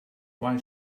why